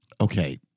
okay